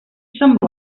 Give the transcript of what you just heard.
semblant